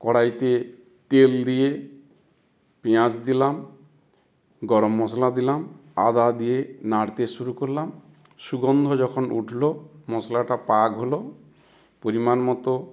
কড়াইতে তেল দিয়ে পেঁয়াজ দিলাম গরম মশলা দিলাম আদা দিয়ে নাড়তে শুরু করলাম সুগন্ধ যখন উঠল মশলাটা পাক হলো পরিমাণ মতো